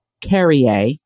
Carrier